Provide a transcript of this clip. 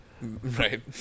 Right